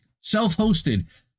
self-hosted